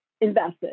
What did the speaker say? invested